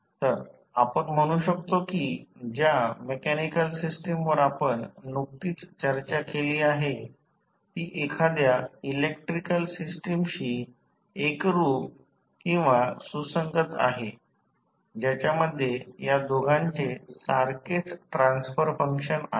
तर आपण म्हणू शकतो की ज्या मेकॅनिकल सिस्टमवर आपण नुकतीच चर्चा केली आहे ती एखाद्या इलेक्ट्रिकल सिस्टमशी एकरूप सुसंगत आहे ज्याच्या मध्ये या दोघांचे सारखेच ट्रान्सफर फंक्शन आहे